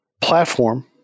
platform